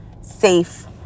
safe